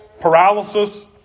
paralysis